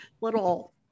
little